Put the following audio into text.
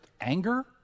anger